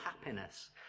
happiness